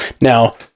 Now